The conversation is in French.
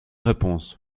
réponse